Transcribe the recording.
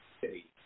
city